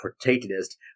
protagonist